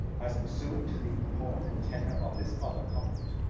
as pursuant to the purport and tenor of this other covenant.